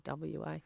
WA